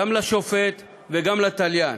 מייד אני